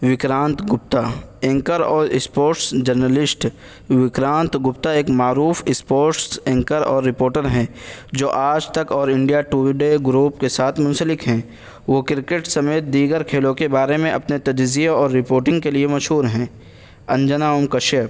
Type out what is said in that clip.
Vikrant Gupta anchor اور sports journalist Vikrant Gupta ایک معروف اسپورٹس اینکر اور رپورٹر ہیں جو آج تک اور انڈیا ٹوڈے گروپ کے ساتھ منسلک ہیں وہ کرکٹ سمیت دیگر کھیلوں کے بارے میں اپنے تجزیے اور رپورٹنگ کے لیے مشہور ہیں انجنا اوم کشیپ